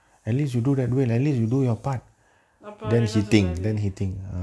above அவரு என்ன சொன்னாரு:appo avaru enna sonnaru